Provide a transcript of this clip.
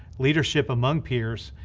leadership among peers,